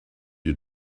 you